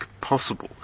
possible